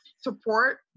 support